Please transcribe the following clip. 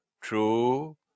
true